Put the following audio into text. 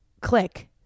click